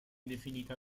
definita